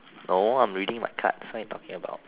no I'm reading my cards what are you talking about